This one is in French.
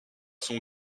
son